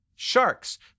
Sharks